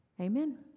Amen